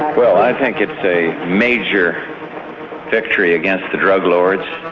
well i think it's a major victory against the drug lords,